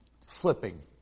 Flipping